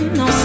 no